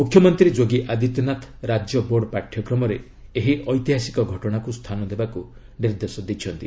ମ୍ରଖ୍ୟମନ୍ତ୍ରୀ ଯୋଗୀ ଆଦିତ୍ୟନାଥ ରାଜ୍ୟ ବୋର୍ଡ ପାଠ୍ୟକ୍ମରେ ଏହି ଐତିହାସିକ ଘଟଣାକୁ ସ୍ଥାନ ଦେବାକୁ ନିର୍ଦ୍ଦେଶ ଦେଇଛନ୍ତି